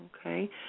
okay